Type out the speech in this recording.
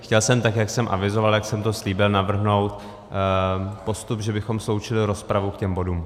Chtěl jsem, tak jak jsem to avizoval, jak jsem to slíbil, navrhnout postup, že bychom sloučili rozpravu k těm bodům.